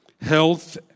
health